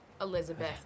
Elizabeth